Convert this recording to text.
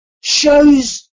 shows